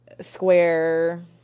square